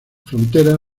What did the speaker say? frontera